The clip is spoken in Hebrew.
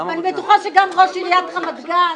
ואני בטוחה שגם ראש עיריית רמת גן,